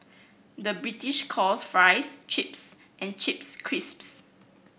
the British calls fries chips and chips crisps